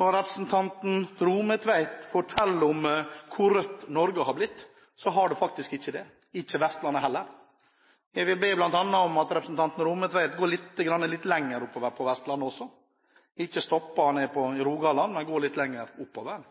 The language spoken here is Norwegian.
Representanten Rommetveit forteller om hvor rødt Norge har blitt. Men det har faktisk ikke blitt det, ikke Vestlandet heller. Jeg vil be om at representanten Rommetveit ikke stopper i Rogaland, men går litt lenger oppover